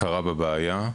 הכרה בבעיה,